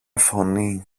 φωνή